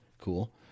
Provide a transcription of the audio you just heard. cool